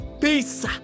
Peace